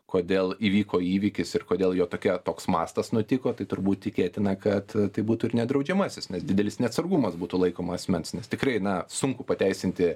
kodėl įvyko įvykis ir kodėl jo tokia toks mastas nutiko tai turbūt tikėtina kad tai būtų ir nedraudžiamasis nes didelis neatsargumas būtų laikoma asmens nes tikrai na sunku pateisinti